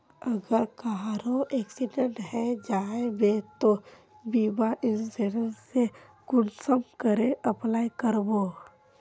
अगर कहारो एक्सीडेंट है जाहा बे तो बीमा इंश्योरेंस सेल कुंसम करे अप्लाई कर बो?